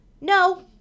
No